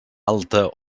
alta